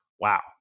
Wow